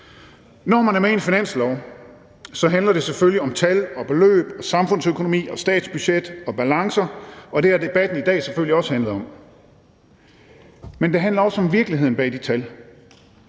Når man er med i en finanslov, handler det selvfølgelig om tal og beløb, samfundsøkonomi, statsbudget og balancer, og det har debatten i dag selvfølgelig også handlet om. Men det handler også om virkeligheden bag de tal.